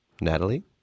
Natalie